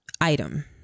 item